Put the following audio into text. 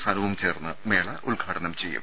സാനുവും ചേർന്ന് മേള ഉദ്ഘാടനം ചെയ്യും